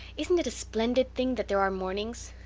isn't it a splendid thing that there are mornings?